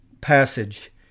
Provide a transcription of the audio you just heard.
passage